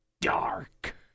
dark